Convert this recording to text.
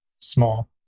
small